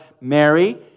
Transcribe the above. Mary